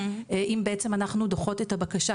אם בעצם אנחנו דוחות את הבקשה,